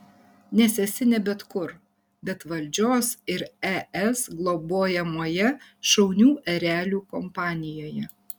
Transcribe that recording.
nes esi ne bet kur bet valdžios ir es globojamoje šaunių erelių kompanijoje